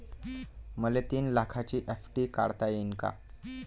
मले तीन लाखाची एफ.डी काढता येईन का?